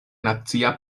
nacia